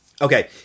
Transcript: Okay